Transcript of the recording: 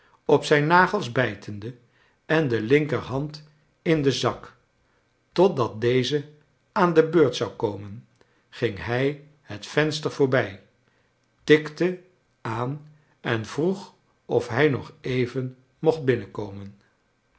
op zijn nagels bijtende en de linker hand in den zak totdat deze aan de beurt zou komen ging hij het venster voorbij tikte aan en vroeg of hij nog even rnocht binnenkomen